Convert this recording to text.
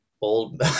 old